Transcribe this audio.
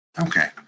okay